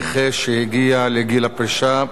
נכה שהגיע לגיל פרישה),